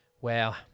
Wow